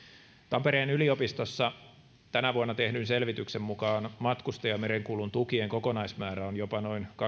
tampereen yliopistossa tänä vuonna tehdyn selvityksen mukaan matkustajamerenkulun tukien kokonaismäärä on jopa noin